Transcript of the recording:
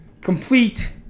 complete